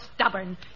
stubborn